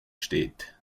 steht